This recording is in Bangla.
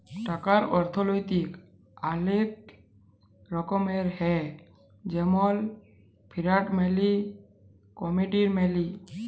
টাকার অথ্থলৈতিক অলেক রকমের হ্যয় যেমল ফিয়াট মালি, কমোডিটি মালি